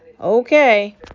okay